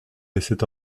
laissait